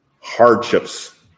hardships